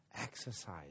Exercise